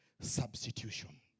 Substitution